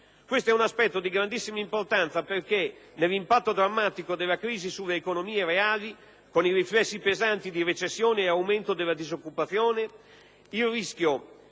Questo è un aspetto di grandissima importanza perché, nell'impatto drammatico della crisi sulle economie reali, con i riflessi pesanti di recessione e aumento della disoccupazione, il rischio